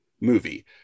movie